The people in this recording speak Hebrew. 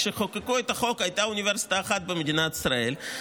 כשחוקקו את החוק הייתה אוניברסיטה אחת במדינת ישראל,